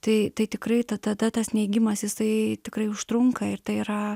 tai tai tikrai ta ta ta tas neigimas jisai tikrai užtrunka ir tai yra